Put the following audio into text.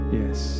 yes